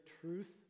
truth